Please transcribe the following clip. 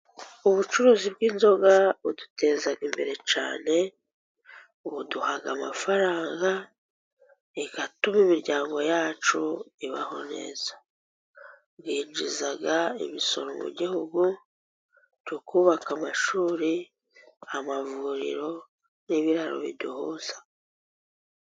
Ubucuruzi bw'inzoga buduteza imbere cyane, buduha amafaranga atuma imiryango yacu ibaho neza, bwinjiza imisoro mu gihugu tukubaka amashuri, amavuriro n'ibiraro biduhuza.